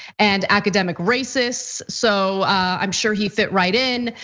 and academic racist. so i'm sure he fit right in.